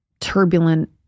turbulent